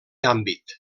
àmbit